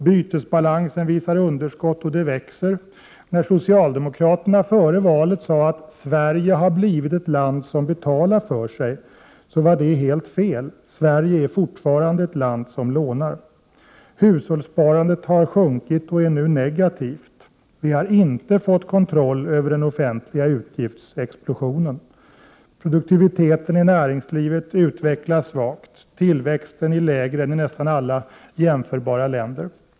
—- Bytesbalansen visar underskott, och det växer. När socialdemokraterna före valet sade att ”Sverige har blivit ett land som betalar för sig” var det fel. Sverige är fortfarande ett land som lånar. —- Hushållssparandet har sjunkit och är nu negativt. — Vi har inte fått kontroll över den offentliga utgiftsexplosionen. - Produktiviteten i näringslivet utvecklas svagt. Tillväxten är lägre än i nästan alla jämförbara länder.